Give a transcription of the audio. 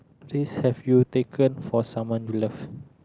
risk have you taken for someone you love